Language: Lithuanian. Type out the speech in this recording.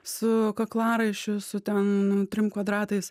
su kaklaraiščiu su ten trim kvadratais